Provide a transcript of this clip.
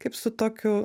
kaip su tokiu